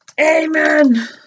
amen